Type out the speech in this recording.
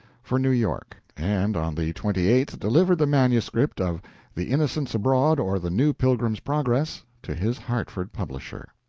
for new york, and on the twenty eighth delivered the manuscript of the innocents abroad, or the new pilgrim's progress, to his hartford publisher.